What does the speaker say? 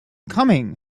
coming